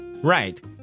Right